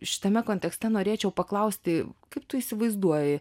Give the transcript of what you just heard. šitame kontekste norėčiau paklausti kaip tu įsivaizduoji